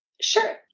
Sure